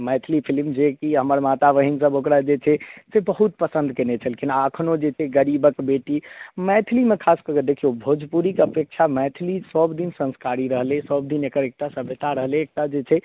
Maithili film जे कि हमर माता बहिन सब ओकरा जे छै से बहुत पसन्द कयने छलखिन आ अखनौ जे छै गरीबक बेटी मैथिलीमे खास कऽ कऽ देखियो भोजपुरीके अपेक्षा मैथिली सब दिन संस्कारी रहलै सब दिन एकर एक टा सभ्यता रहलै एक टा जे छै